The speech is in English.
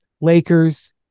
Lakers